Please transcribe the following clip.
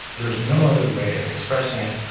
there's no other way of expressing it.